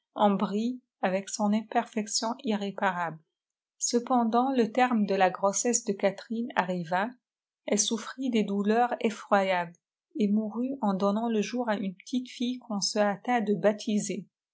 avec son imperfection irréparable cependant le terme de la grossesse cte gatèerine arriva elle souffrit des douleurs effroyables et mourut en donnant le jour à une petite fille qu'on se hâta de baptiser